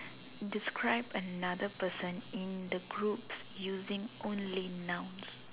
describe another person in the group using only nouns